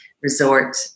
resort